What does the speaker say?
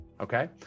okay